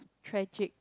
tragic